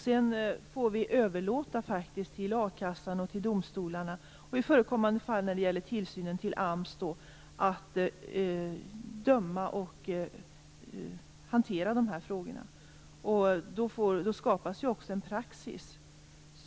Sedan får vi överlåta till a-kassan och domstolarna samt i förekommande fall när det gäller tillsynen till AMS att döma i och hantera frågorna. Då skapas en praxis.